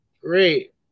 Great